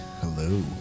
hello